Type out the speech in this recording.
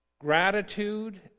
gratitude